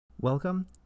Welcome